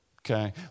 okay